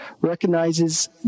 recognizes